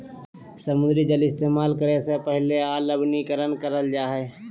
समुद्री जल इस्तेमाल करे से पहले अलवणीकरण करल जा हय